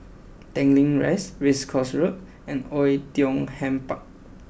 Tanglin Rise Race Course Road and Oei Tiong Ham Park